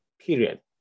period